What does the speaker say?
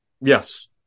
Yes